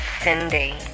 Cindy